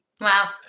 Wow